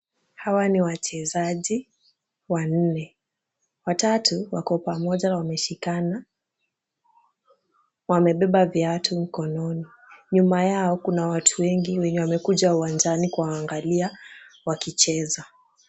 Hawa ni wachezaji wanne. Watatu wako pamoja na wameshikana. Wamebeba viatu mkononi. Nyuma yao kuna watu wengi wenye wamekuja uwanjani kuwaangalia wakicheza.